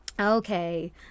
Okay